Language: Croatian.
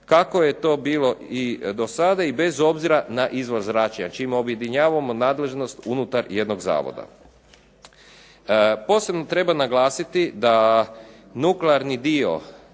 kako je to bilo i do sada i bez obzira na izvor zračenja čime objedinjavamo nadležnost unutar jednog zavoda. Posebno treba naglasiti da nuklearni dio